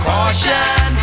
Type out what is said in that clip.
Caution